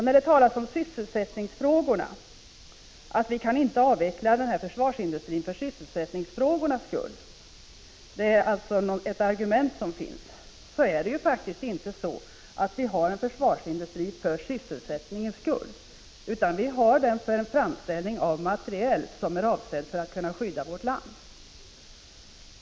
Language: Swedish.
När det talas om sysselsättningsfrågorna och man använder som argument att vi inte kan avveckla försvarsindustrin med tanke på sysselsättningen, så är det faktiskt inte så att vi har en försvarsindustri för sysselsättningens skull, utan vi har den för framställning av materiel som är avsedd att skydda vårt land.